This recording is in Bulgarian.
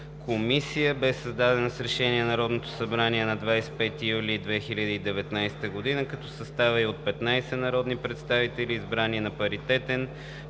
комисия бе създадена с Решение на Народното събрание на 25 юли 2019 г., като съставът ѝ е от 15 народни представители, избрани на паритетен